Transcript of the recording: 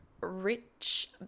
rich